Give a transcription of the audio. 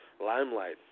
limelight